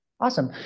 Awesome